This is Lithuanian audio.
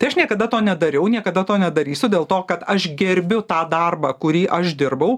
tai aš niekada to nedariau niekada to nedarysiu dėl to kad aš gerbiu tą darbą kurį aš dirbau